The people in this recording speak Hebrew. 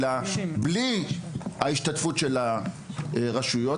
אלא בלי ההשתתפות של הרשויות,